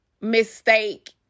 mistake